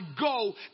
go